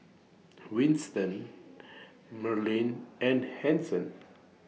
Winston Meryl and Hanson